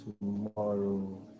tomorrow